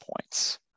points